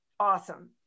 Awesome